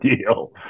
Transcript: deal